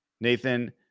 Nathan